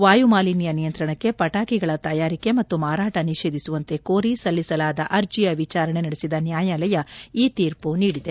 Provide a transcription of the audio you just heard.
ವಾಯುಮಾಲಿನ್ನ ನಿಯಂತ್ರಣಕ್ಕೆ ಪಟಾಕಿಗಳ ತಯಾರಿಕೆ ಮತ್ತು ಮಾರಾಟ ನಿಷೇಧಿಸುವಂತೆ ಕೋರಿ ಸಲ್ಲಿಸಲಾದ ಅರ್ಜಿಯ ವಿಚಾರಣೆ ನಡೆಸಿದ ನ್ಹಾಯಾಲಯ ಈ ತೀರ್ಮ ನೀಡಿದೆ